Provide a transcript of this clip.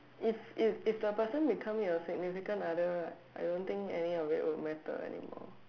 if if if the person become your significant other I don't think any of it would matter anymore